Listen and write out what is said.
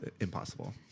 impossible